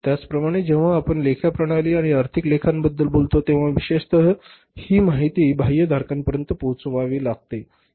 त्याचप्रमाणे जेव्हा आपण लेखा प्रणाली आणि आर्थिक लेखाबद्दल बोलतो तेव्हा विशेषत ही माहिती बाह्य भागधारकांपर्यंत पोचवावी लागते